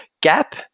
gap